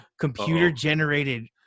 computer-generated